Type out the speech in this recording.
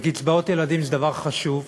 וקצבאות ילדים זה דבר חשוב,